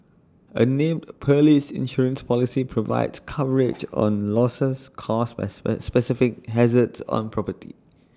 A named Perils Insurance Policy provides coverage on losses caused by specific hazards on property